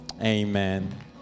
Amen